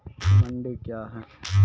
मंडी क्या हैं?